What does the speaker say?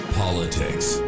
politics